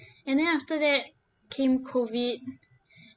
and then after that came COVID